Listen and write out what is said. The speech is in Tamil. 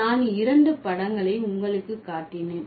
நான் இரண்டு படங்களை உங்களுக்கு காட்டினேன்